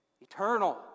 eternal